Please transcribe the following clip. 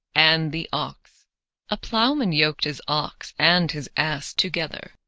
and the ox a ploughman yoked his ox and his ass together,